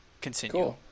continue